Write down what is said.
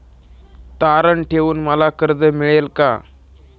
तारण ठेवून मला कर्ज मिळेल का?